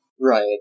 Right